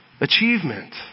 achievement